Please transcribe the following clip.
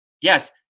yes